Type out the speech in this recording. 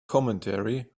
commentary